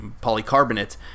polycarbonate